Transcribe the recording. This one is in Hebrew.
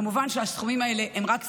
כמובן שהסכומים האלה הם רק סמליים,